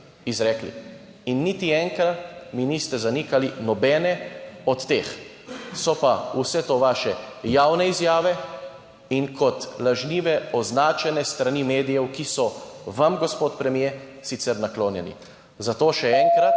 s tem. Niti enkrat mi niste zanikali nobene od teh, so pa vse to vaše javne izjave in kot lažnive označene s strani medijev, ki so vam, gospod premier, sicer naklonjeni. Zato še enkrat,